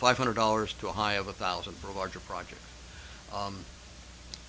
five hundred dollars to a high of a thousand for a larger project